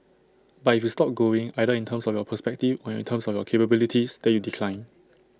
but if you stop growing either in terms of your perspective or in terms of capabilities then you decline